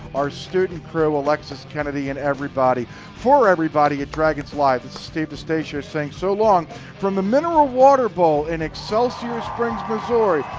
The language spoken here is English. our student crew, alexis kennedy, and everybody for everybody at dragons live. this is steve d'eustachio saying so long from the mineral water bowl in excelsior springs, missouri.